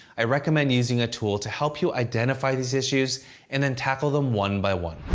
i recommend using a tool to help you identify these issues and then tackle them one by one.